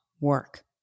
work